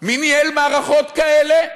מי ניהל מערכות כאלה?